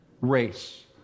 race